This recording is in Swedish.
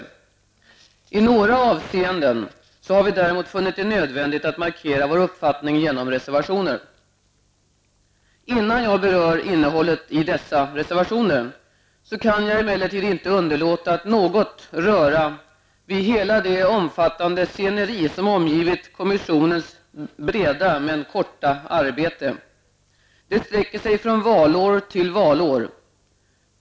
I några avseenden har vi däremot funnit det nödvändigt att markera vår uppfattning genom reservationer. Innan jag berör innehållet i dessa reservationer, kan jag emellertid inte underlåta att något röra vid hela det omfattande sceneri som omgivit kommissionens breda men korta arbete. Det sträcker sig från valår till valår.